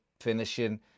finishing